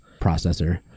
processor